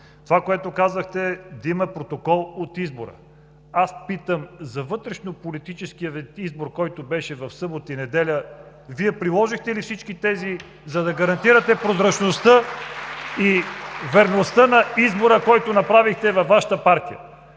Това, което казахте, е да има протокол от избора. Аз питам: за вътрешнополитическия избор, който беше в събота и неделя, приложихте ли всичко това, за да гарантирате прозрачността (ръкопляскания) и верността на избора, който направихте във Вашата партия?